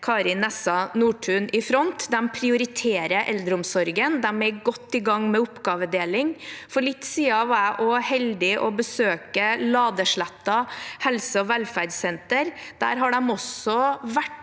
Kari Nessa Nordtun i front. De prioriterer eldreomsorgen. De er godt i gang med oppgavedeling. For litt siden var jeg så heldig å få besøke Ladesletta helse- og velferdssenter. Der har de verter